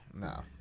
No